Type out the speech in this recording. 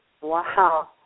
Wow